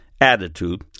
attitude